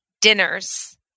dinners